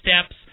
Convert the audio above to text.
steps